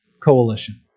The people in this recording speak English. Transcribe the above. coalition